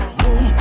boom